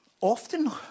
Often